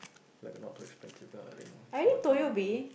like the not too expensive kind of thing for the time being